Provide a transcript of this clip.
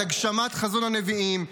את הגשמת חזון הנביאים,